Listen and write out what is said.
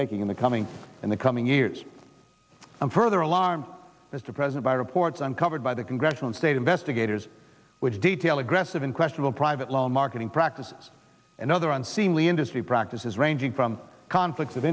making in the coming in the coming years and further alarm as the president by reports uncovered by the congressional state investigators which detail aggressive in question a private loan marketing practices and other unseemly industry practices ranging from conflicts of